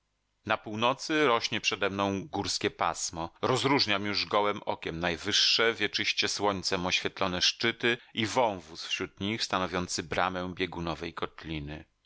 na północy rośnie przede mną górskie pasmo rozróżniam już gołem okiem najwyższe wieczyście słońcem oświetlone szczyty i wąwóz wśród nich stanowiący bramę biegunowej kotliny